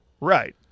Right